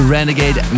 Renegade